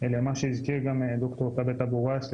למה שהזכיר גם ד"ר ת'אבת אבו ראס,